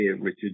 Richard